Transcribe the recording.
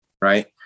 right